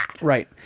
right